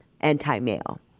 anti-male